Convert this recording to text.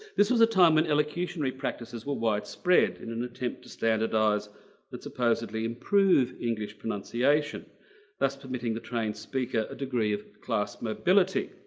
this was a time when and illocutionary practices were widespread in an attempt to standardize that supposedly improve english pronunciation thus permitting the trained speaker a degree of class mobility.